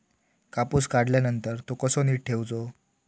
कापूस काढल्यानंतर तो कसो नीट ठेवूचो?